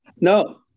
No